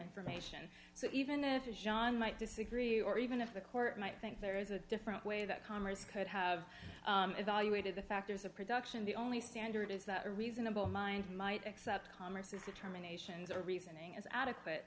information so even if it is john might disagree or even if the court might think there is a different way that commerce could have evaluated the factors of production the only standard is that a reasonable mind might accept commerces determinations or reasoning is adequate